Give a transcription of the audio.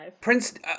prince